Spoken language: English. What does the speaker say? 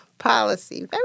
Policy